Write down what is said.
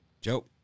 Joe